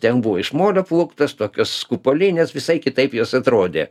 ten buvo iš molio plūktos tokios kupolinės visai kitaip jos atrodė